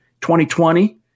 2020